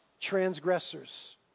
transgressors